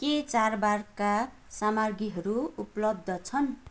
के चाडबाडका सामाग्रीहरू उपलब्ध छन्